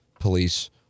police